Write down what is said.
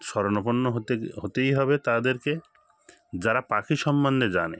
শরণাপন্ন হতে হতেই হবে তাদেরকে যারা পাখি সম্বন্ধে জানে